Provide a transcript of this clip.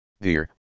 Dear